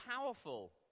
powerful